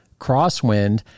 crosswind